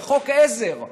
בחוק עזר,